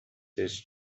its